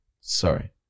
sorry